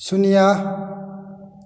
ꯁꯨꯟꯅ꯭ꯌꯥ